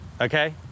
okay